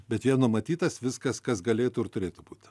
bet joje numatytas viskas kas galėtų ir turėtų būt